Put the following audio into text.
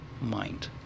mind